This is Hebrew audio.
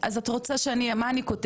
אני חושבת שבאנגלית זה Hand Book,